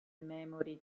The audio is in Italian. memory